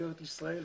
משטרת ישראל,